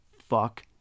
Fuck